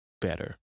better